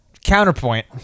Counterpoint